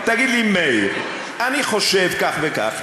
תגיד לי: מאיר, אני חושב כך וכך.